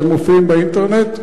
הם מופיעים באינטרנט.